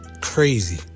Crazy